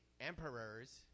emperors